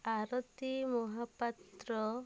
Arati Mohapatra